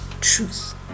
truth